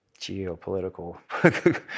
geopolitical